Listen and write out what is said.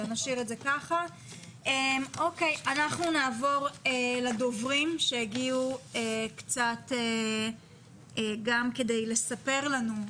אנחנו נעבור לדוברים שהגיעו גם כדי לספר לנו.